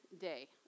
day